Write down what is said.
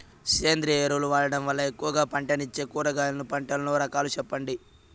సేంద్రియ ఎరువులు వాడడం వల్ల ఎక్కువగా పంటనిచ్చే కూరగాయల పంటల రకాలు సెప్పండి?